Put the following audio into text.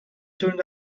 turned